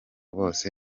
bose